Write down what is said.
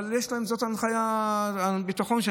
אבל זאת ההנחיה הביטחונית.